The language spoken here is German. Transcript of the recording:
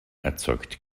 erzeugt